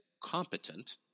competent